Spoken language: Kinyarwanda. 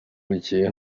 bukeye